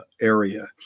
area